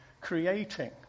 creating